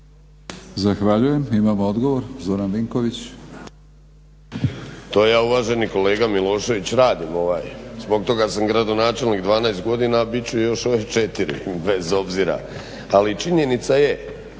Zahvaljujem. Imamo odgovor, Zoran Vinković. **Vinković, Zoran (HDSSB)** To ja uvaženi kolega Milošević radim, zbog toga sam gradonačelnik 12 godina, a bit ću još 4 bez obzira. Ali činjenica je,